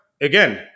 again